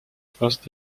first